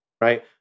Right